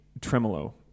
tremolo